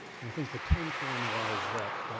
and i think the tenth one was that